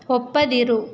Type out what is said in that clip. ಒಪ್ಪದಿರು